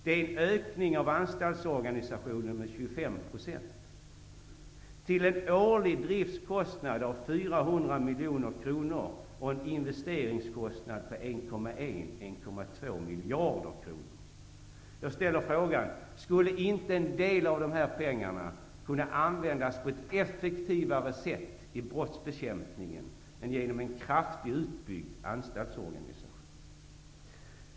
Det är en ökning av anstaltsorganisationen med miljarder kronor. Skulle inte en del av dessa pengar kunna användas på ett effektivare sätt i brottsbekämpningen, än genom en kraftigt utbyggd anstaltsorganisation?